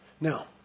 Now